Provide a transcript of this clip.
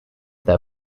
their